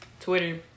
twitter